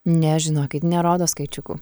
ne žinokit nerodo skaičiukų